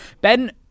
Ben